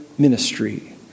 ministry